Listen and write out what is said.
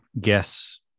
guess